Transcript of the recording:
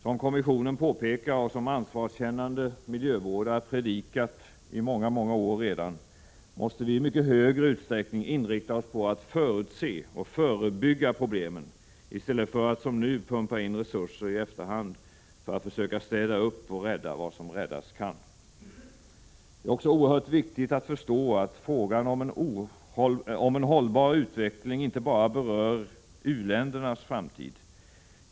Som kommissionen påpekar och som ansvarskännande miljövårdare predikat i många år, måste vi i mycket högre utsträckning inrikta oss på att förutse och förebygga problemen i stället för att som nu pumpa in resurser i efterhand för att försöka städa upp och rädda vad som räddas kan. Det är också oerhört viktigt att förstå att frågan om en hållbar utveckling inte bara berör u-ländernas framtid.